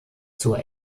zur